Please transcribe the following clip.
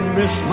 miss